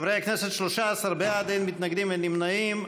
חברי הכנסת, 13 בעד, אין מתנגדים ואין נמנעים.